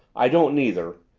i don't neither!